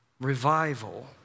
revival